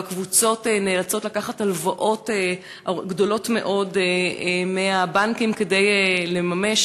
והקבוצות נאלצות לקחת הלוואות גדולות מאוד מהבנקים כדי לממש,